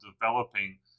developing